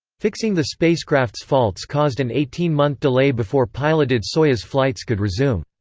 fixing the spacecraft's faults caused an eighteen-month delay before piloted soyuz flights could resume.